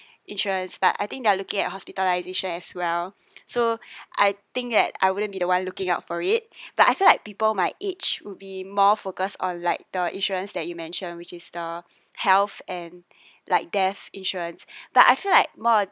insurance but I think they're looking at hospitalization as well so I think that I wouldn't be the one looking out for it but I feel like people my age would be more focused on like the insurance that you mentioned which is the health and like death insurance but I feel like more